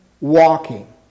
walking